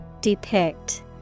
Depict